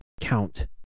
count